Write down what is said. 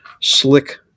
Slick